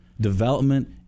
development